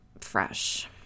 fresh